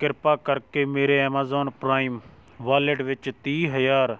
ਕਿਰਪਾ ਕਰਕੇ ਮੇਰੇ ਐਮਾਜ਼ੋਨ ਪ੍ਰਾਈਮ ਵਾਲੇਟ ਵਿੱਚ ਤੀਹ ਹਜ਼ਾਰ